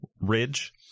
ridge